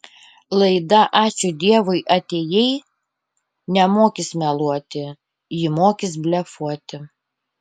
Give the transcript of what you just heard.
laida ačiū dievui atėjai nemokys meluoti ji mokys blefuoti